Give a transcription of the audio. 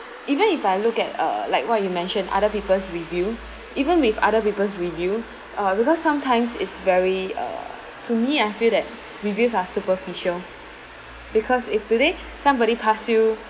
even if I look at uh like what you mentioned other people's review even with other people's review because sometimes is very uh to me I feel that reviews are superficial because if today somebody pass you